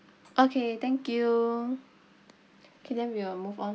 okay thank you okay then we will move on